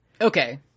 Okay